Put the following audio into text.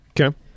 Okay